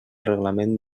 reglament